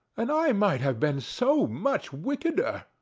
and i might have been so much wickeder!